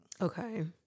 Okay